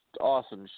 awesome